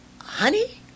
Honey